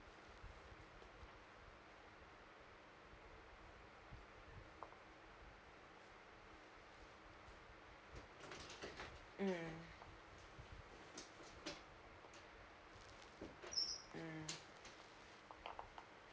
mm mm